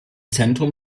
zentrum